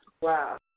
Wow